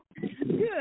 good